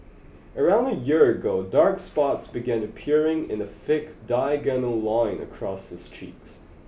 around a year ago dark spots began appearing in a thick diagonal line across his cheeks